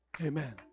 Amen